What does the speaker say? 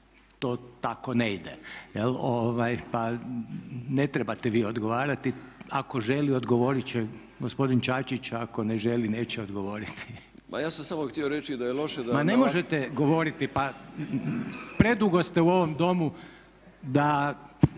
to tako ne ide. Pa ne trebate vi odgovarati, ako želi odgovoriti će gospodin Čačić, ako ne želi neće odgovoriti. **Pupovac, Milorad (SDSS)** Ma